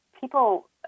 people